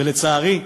ולצערי,